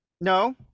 No